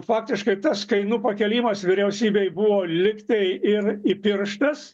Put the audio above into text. faktiškai tas kainų pakėlimas vyriausybei buvo lygtai ir įpirštas